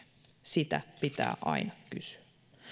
sitä pitää aina kysyä